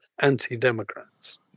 anti-democrats